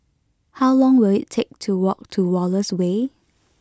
how long will it take to walk to Wallace Way